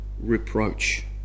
reproach